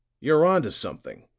you're onto something!